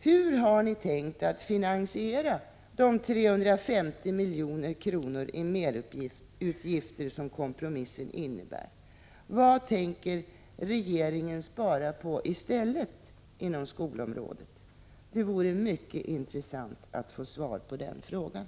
Hur har ni tänkt att finansiera de 350 milj.kr. i merutgifter som kompromissen innebär? Vad tänker regeringen spara på i stället inom skolområdet? Det vore mycket intressant att få svar på dessa frågor.